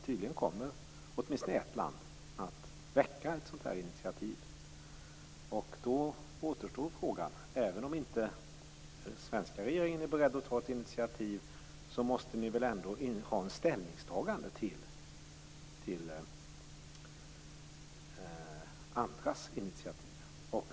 Tydligen kommer åtminstone ett land att väcka ett initiativ. Då återstår frågan: Även om den svenska regeringen inte är beredd att ta något initiativ, måste väl ändå regeringen ta ställning till andras initiativ?